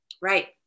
Right